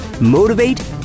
Motivate